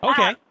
Okay